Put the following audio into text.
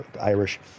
Irish